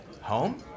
Home